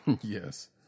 Yes